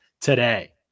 today